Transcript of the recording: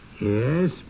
Yes